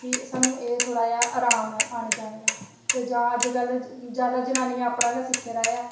ते सानूं एह् थोह्ड़ा आराम ऐ आने जाने दा ते जां अज्जकल जादै जनानियां अपना गै सिक्खे दा ऐ